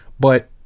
but,